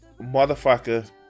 motherfucker